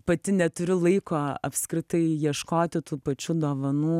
pati neturiu laiko apskritai ieškoti tų pačių dovanų